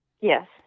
Yes